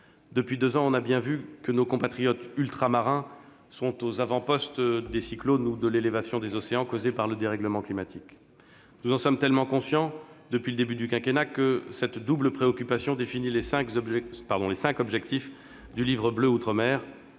depuis deux ans, nous voyons bien que nos compatriotes ultramarins sont aux avant-postes face aux cyclones et à l'élévation du niveau des océans causés par le dérèglement climatique. Nous en sommes tellement conscients, depuis le début du quinquennat, que cette double préoccupation définit les cinq objectifs du Livre bleu outre-mer,